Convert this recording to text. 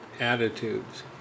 attitudes